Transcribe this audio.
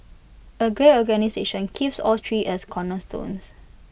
A great organisation keeps all three as cornerstones